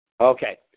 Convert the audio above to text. Okay